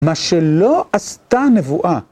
מה שלא עשתה נבואה.